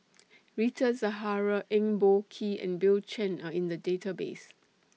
Rita Zahara Eng Boh Kee and Bill Chen Are in The Database